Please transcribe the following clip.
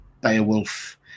Beowulf